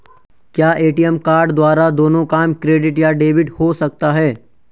क्या ATM card द्वारा दोनों काम क्रेडिट या डेबिट हो सकता है?